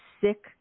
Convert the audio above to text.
sick